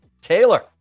Taylor